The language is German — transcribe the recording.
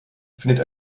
findet